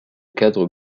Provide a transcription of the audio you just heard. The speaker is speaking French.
cadre